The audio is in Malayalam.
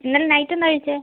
ഇന്നലെ നൈറ്റ് എന്താണ് കഴിച്ചത്